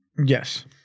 Yes